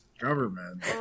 government